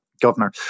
governor